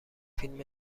فیلم